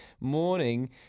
Morning